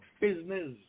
business